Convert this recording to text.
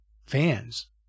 fans